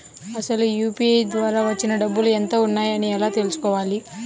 అసలు యూ.పీ.ఐ ద్వార వచ్చిన డబ్బులు ఎంత వున్నాయి అని ఎలా తెలుసుకోవాలి?